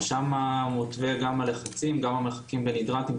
ושם גם קבועים הלחצים וגם המרחקים בין הידראנטים,